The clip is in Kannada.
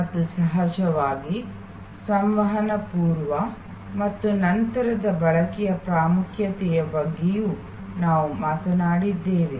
ಮತ್ತು ಸಹಜವಾಗಿ ಸಂವಹನ ಪೂರ್ವ ಮತ್ತು ನಂತರದ ಬಳಕೆಯ ಪ್ರಾಮುಖ್ಯತೆಯ ಬಗ್ಗೆಯೂ ನಾವು ಮಾತನಾಡಿದ್ದೇವೆ